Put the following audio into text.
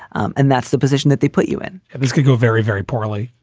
and that's the position that they put you in if this could go very, very poorly,